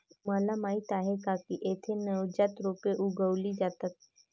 तुम्हाला माहीत आहे का की येथे नवजात रोपे उगवली जातात